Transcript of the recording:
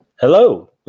Hello